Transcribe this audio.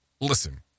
listen